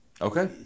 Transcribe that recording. Okay